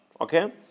Okay